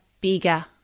bigger